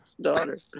daughter